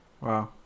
Wow